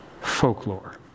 folklore